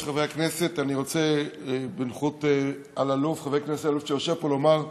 חבר הכנסת איל בן ראובן,